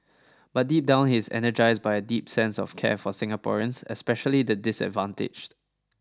but deep down he is energized by a deep sense of care for Singaporeans especially the disadvantaged